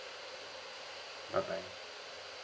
bye bye